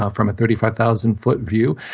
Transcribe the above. ah from a thirty five thousand foot view,